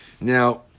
Now